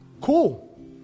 Cool